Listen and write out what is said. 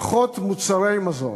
פחות מוצרי מזון.